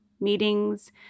meetings